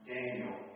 Daniel